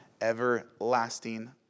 everlasting